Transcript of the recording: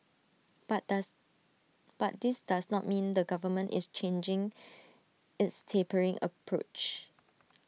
but does but this does not mean the government is changing its tapering approach